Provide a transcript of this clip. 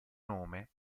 nome